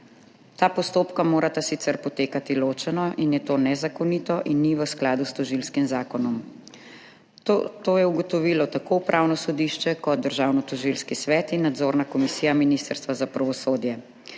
Ta postopka morata sicer potekati ločeno in je to nezakonito in ni v skladu s tožilskim zakonom. To so ugotovili tako Upravno sodišče kot Državnotožilski svet in nadzorna komisija Ministrstva za pravosodje.